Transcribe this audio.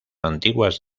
antiguas